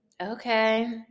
okay